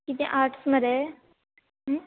कितें आट्स मरे